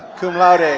cum laude. ah